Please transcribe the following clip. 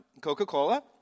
Coca-Cola